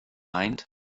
meint